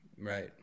Right